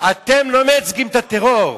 אתם לא מייצגים את הטרור,